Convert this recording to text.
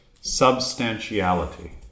substantiality